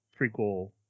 prequel